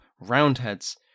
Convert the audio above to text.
Roundheads